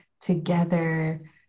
together